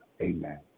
Amen